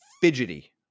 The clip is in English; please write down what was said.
fidgety